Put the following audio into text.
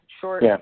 short